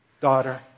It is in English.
Daughter